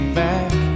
back